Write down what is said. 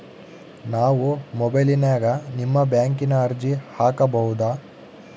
ನಾವು ಮೊಬೈಲಿನ್ಯಾಗ ನಿಮ್ಮ ಬ್ಯಾಂಕಿನ ಅರ್ಜಿ ಹಾಕೊಬಹುದಾ?